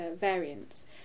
variants